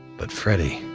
but freddie,